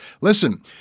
Listen